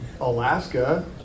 Alaska